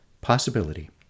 Possibility